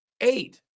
Eight